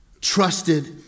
trusted